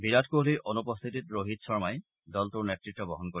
বিৰাট কোহলিৰ অনুপস্থিতিত ৰোহিত শৰ্মাই এই দলটোৰ নেতৃত্ব বহন কৰিব